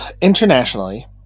internationally